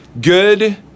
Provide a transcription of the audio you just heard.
Good